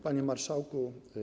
Panie Marszałku!